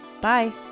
Bye